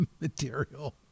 material